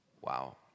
Wow